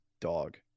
dog